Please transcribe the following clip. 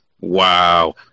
Wow